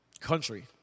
Country